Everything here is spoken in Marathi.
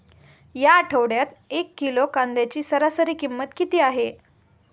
या आठवड्यात एक किलोग्रॅम कांद्याची सरासरी किंमत किती आहे?